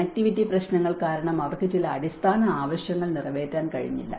connectivity പ്രശ്നങ്ങൾ കാരണം അവർക്ക് ചില അടിസ്ഥാന ആവശ്യങ്ങൾ നിറവേറ്റാൻ കഴിഞ്ഞില്ല